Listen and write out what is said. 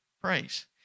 Praise